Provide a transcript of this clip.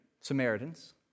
Samaritans